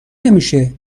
نمیشه